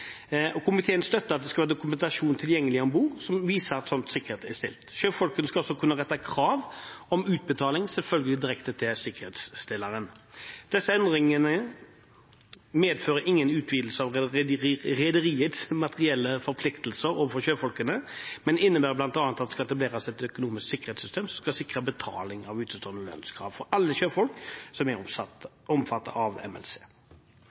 og komiteen støtter at det skal være dokumentasjon tilgjengelig om bord som viser at slik sikkerhet er stilt. Sjøfolkene skal selvfølgelig også kunne rette krav om utbetaling direkte til sikkerhetsstilleren. Disse endringene medfører ingen utvidelse av rederiets materielle forpliktelser overfor sjøfolkene, men innebærer bl.a. at det skal etableres et økonomisk sikkerhetssystem som skal sikre betaling av utestående lønnskrav for alle sjøfolk som er omfattet av MLC.